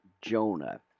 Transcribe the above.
Jonah